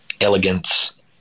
elegance